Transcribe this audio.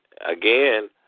again